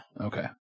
Okay